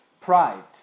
pride